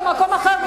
במקום אחר,